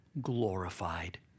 glorified